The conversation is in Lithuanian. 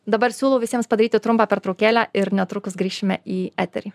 dabar siūlau visiems padaryti trumpą pertraukėlę ir netrukus grįšime į eterį